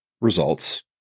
results